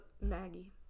maggie